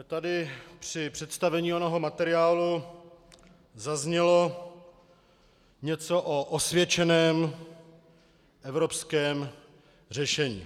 Tady při představení onoho materiálu zaznělo něco o osvědčeném evropském řešení.